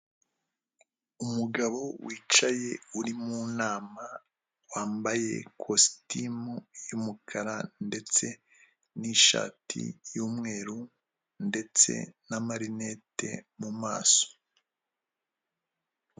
Umugabo wicaye uri mu nama, wambaye ikositimu y'umukara ndetse n'ishati y'umweru ndetse n'amarinete mu maso.